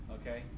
Okay